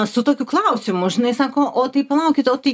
su tokiu klausimu žinai sako o tai palaukit o tai